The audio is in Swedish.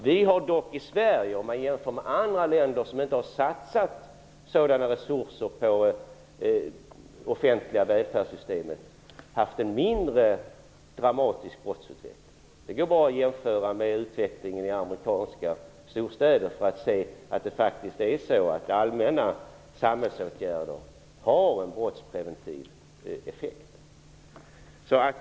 Vi har dock i Sverige, om man jämför med andra länder som inte har satsat liknande resurser på de offentliga välfärdssystemen, haft en mindre dramatisk brottsutveckling. Det går bra att jämföra med utvecklingen i amerikanska storstäder för att se att det faktiskt är så att allmänna samhällsåtgärder har en brottspreventiv effekt.